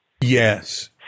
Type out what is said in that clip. Yes